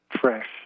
fresh